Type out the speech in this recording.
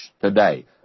today